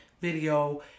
video